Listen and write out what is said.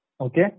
Okay